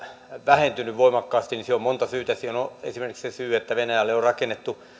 vähentynyt voimakkaasti on monta syytä siihen on esimerkiksi se syy että venäjälle on rakennettu